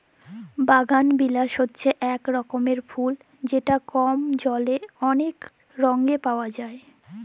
বাগালবিলাস হছে ইক রকমের ফুল যেট কম জলে অলেক রঙে পাউয়া যায়